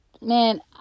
man